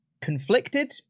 conflicted